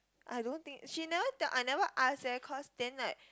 I don't think she never tell I never ask eh cause then like